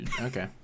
Okay